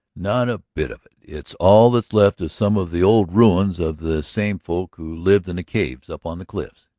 not a bit of it. it's all that's left of some of the old ruins of the same folk who lived in the caves up on the cliffs.